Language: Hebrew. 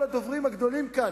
כל הדוברים הגדולים כאן,